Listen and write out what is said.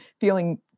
feeling